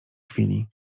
chwili